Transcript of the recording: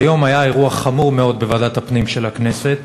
והיום היה אירוע חמור מאוד בוועדת הפנים של הכנסת.